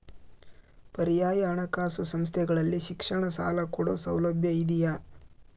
ಪರ್ಯಾಯ ಹಣಕಾಸು ಸಂಸ್ಥೆಗಳಲ್ಲಿ ಶಿಕ್ಷಣ ಸಾಲ ಕೊಡೋ ಸೌಲಭ್ಯ ಇದಿಯಾ?